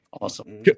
Awesome